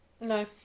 No